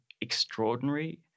extraordinary